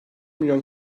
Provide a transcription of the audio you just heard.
milyon